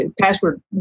password